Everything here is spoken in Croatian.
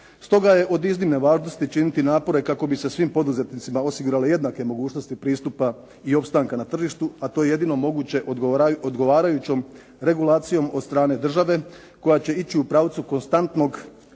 Stoga je od iznimne važnosti činiti napore kako bi se svim poduzetnicima osigurale jednake mogućnosti pristupa i opstanka na tržištu a to je jedino moguće odgovarajućom regulacijom od strane države koja će ići u pravcu konstantnog